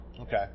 Okay